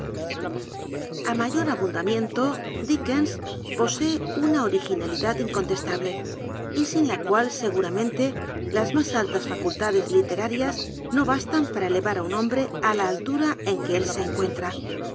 a mayor abundarnienlo dickeos posee una originalidad incontestable y sin la cual seguramenle las mas altas facullades lilerarias no bastan para elerar á un hombre ú la altura en que él se encuentra